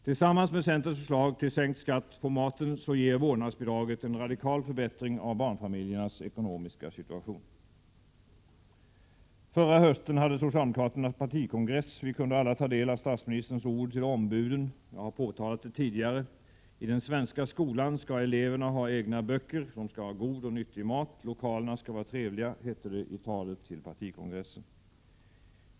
Tillsammans med centerns förslag till sänkt skatt på maten ger vårdnadsbidraget en radikal förbättring av barnfamiljernas ekonomiska situation. Förra hösten höll socialdemokraterna partikongress. Vi kunde alla ta del av statsministerns ord till ombuden. I den svenska skolan skall eleverna ha egna böcker. De skall ha god och nyttig mat. Lokalerna skall vara trevliga, hette det i talet till partikongressen.